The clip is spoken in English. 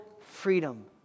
freedom